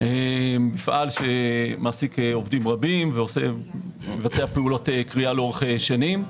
מפעל שמעסיק עובדים רבים ומבצע פעולות כרייה לאורך שנים,